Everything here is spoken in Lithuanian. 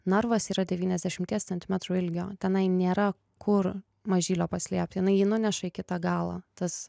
narvas yra devyniasdešimties centimetrų ilgio tenai nėra kur mažylio paslėpt jinai jį nuneša į kitą galą tas